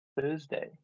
thursday